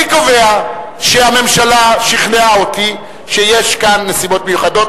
אני קובע שהממשלה שכנעה אותי שיש כאן נסיבות מיוחדות.